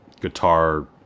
guitar